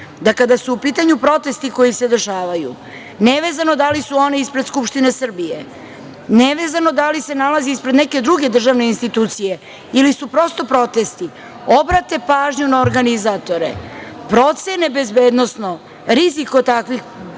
da kada su u pitanju protesti koji se dešavaju, nevezano da li su oni ispred Skupštine Srbije, nevezano da li se nalaze ispred neke druge državne institucije ili su prosto protesti, obrate pažnju na organizatore, procene bezbednosno rizik od takvih